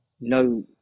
no